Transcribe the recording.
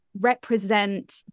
represent